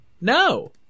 No